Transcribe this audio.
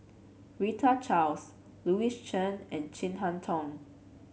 Rita Louis Chen and Chin Harn Tong